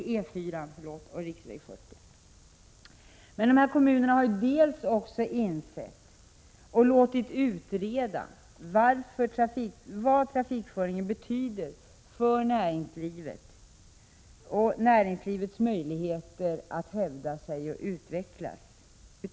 Dessutom har man insett — och låtit utreda — vad trafikföringen betyder för näringslivets möjligheter att hävda sig och utvecklas.